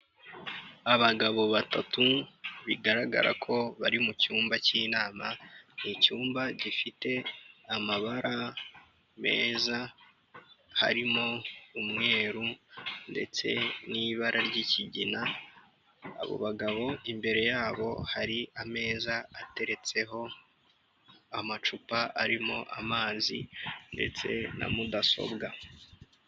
Abagabo batatu bigaragara ko bari mu cyumba cy'inama, ni icyumba gifite amabara meza harimo umweru ndetse n'ibara ry'ikigina. Abo bagabo imbere yabo hari ameza ateretseho amacupa arimo amazi ndetse na mudasobwa.